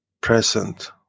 present